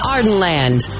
Ardenland